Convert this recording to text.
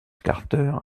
carter